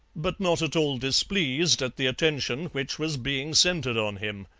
but not at all displeased at the attention which was being centred on him.